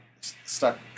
stuck